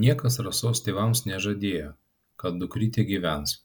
niekas rasos tėvams nežadėjo kad dukrytė gyvens